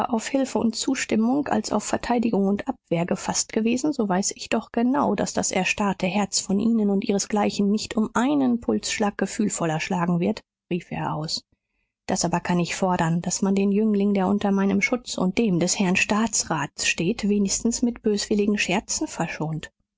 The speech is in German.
auf hilfe und zustimmung als auf verteidigung und abwehr gefaßt gewesen so weiß ich doch genau daß das erstarrte herz von ihnen und ihresgleichen nicht um einen pulsschlag gefühlvoller schlagen wird rief er aus das aber kann ich fordern daß man den jüngling der unter meinem schutz und dem des herrn staatsrats steht wenigstens mit böswilligen scherzen verschont